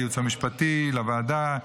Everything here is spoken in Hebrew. לייעוץ המשפטי לוועדה,